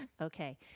Okay